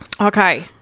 Okay